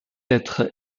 être